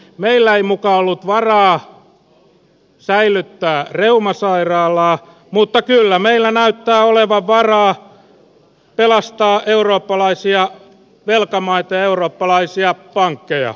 meillä ei muka ollut varaa säilyttää reumasairaalaa mutta kyllä meillä näyttää olevan varaa pelastaa eurooppalaisia velkamaita ja eurooppalaisia pankkeja